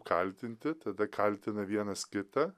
kaltinti tada kaltina vienas kitą